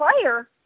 player